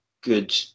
good